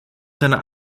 seiner